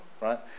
Right